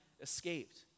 escaped